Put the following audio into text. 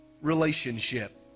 relationship